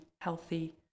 healthy